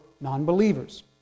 non-believers